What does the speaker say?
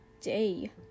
day